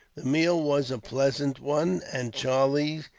meal was a pleasant one, and charlie,